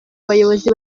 bayobozi